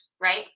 right